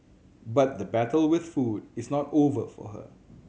but the battle with food is not over for her